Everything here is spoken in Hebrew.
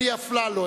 אלי אפללו,